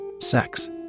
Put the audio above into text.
Sex